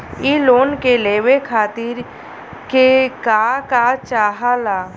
इ लोन के लेवे खातीर के का का चाहा ला?